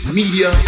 media